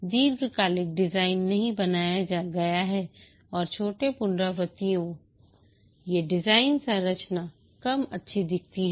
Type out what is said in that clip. दीर्घकालिक डिजाइन नहीं बनाया गया है और छोटे पुनरावृत्तियों ये डिजाइन संरचना कम अच्छी दिखाती हैं